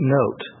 note